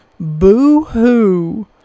Boo-hoo